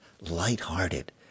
light-hearted